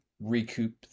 recoup